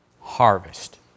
harvest